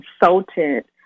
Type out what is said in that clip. consultant